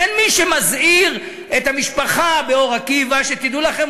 אין מי שמזהיר את המשפחה באור-עקיבא: שתדעו לכם,